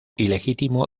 ilegítimo